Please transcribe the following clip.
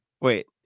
Wait